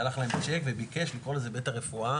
שלח להם צ'ק וביקש לקרוא לזה בית הרפואה.